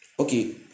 Okay